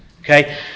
Okay